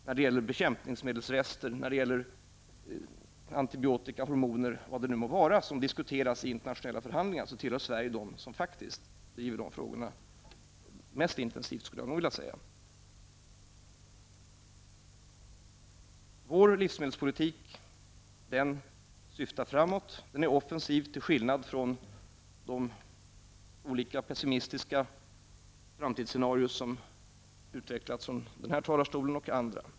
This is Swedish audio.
När det gäller bekämpningsmedelsrester, antibiotika och hormoner och vad det nu må vara som diskuteras i internationella förhandlingar tillhör Sverige de länder som driver dessa frågor mest intensivt. Vår livsmedelspolitik syftar framåt. Den är offensiv till skillnad från de olika pessimistiska framtidsscenarier som har utvecklats från denna talarstol och på andra håll.